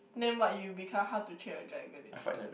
then what you become How-to-Train-Your-Dragon is it